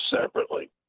separately